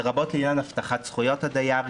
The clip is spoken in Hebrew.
לרבות עניין הבטחת זכויות הדייר,